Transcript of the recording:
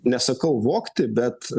nesakau vogti bet